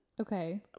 Okay